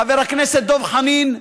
חבר הכנסת דב חנין,